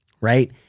right